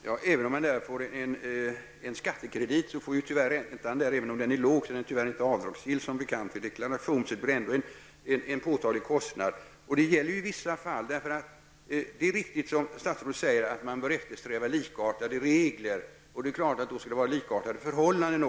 Herr talman! Även om man får en skattekredit, är tyvärr inte räntan, även om den är låg, som bekant avdragsgill vid deklaration. Så det blir ändå en påtaglig kostnad i vissa fall. Det är riktigt som statsrådet säger att man bör eftersträva likartade regler. Då är det klart att det då också skall vara likartade förhållanden.